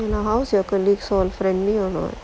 and err how's your colleagues on friendly or not